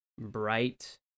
bright